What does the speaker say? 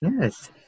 Yes